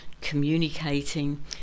communicating